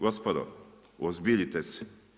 Gospodo uozbiljite se.